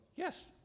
Yes